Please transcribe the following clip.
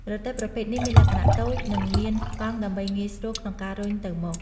រទេះប្រភេទនេះមានលក្ខណៈតូចនិងមានកង់ដើម្បីងាយស្រួលក្នុងការរុញទៅមក។